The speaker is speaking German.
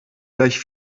gleich